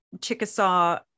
Chickasaw